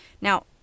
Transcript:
Now